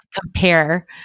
compare